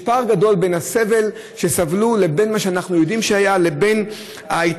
יש פער גדול בין הסבל שסבלו לבין מה שאנחנו יודעים שהיה לבין ההתערבות,